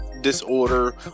disorder